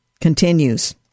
continues